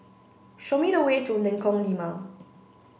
show me the way to Lengkong Lima